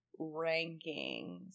rankings